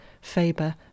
Faber